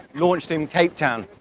launched in cape town,